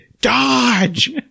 dodge